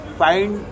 find